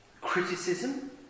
criticism